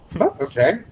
okay